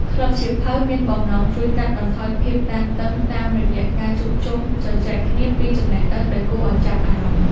ក្លឹបសៀវភៅមានបំណងជួយកាត់បន្ថយភាពតានតឹងតាមរយៈការជួបជុំជជែកគ្នាពីចំណេះដឹងដែលគួរឱ្យចាប់អារម្មណ៍។